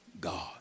God